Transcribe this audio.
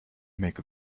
make